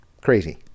crazy